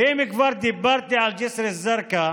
ואם כבר דיברתי על ג'יסר א-זרקא,